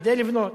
כדי לבנות.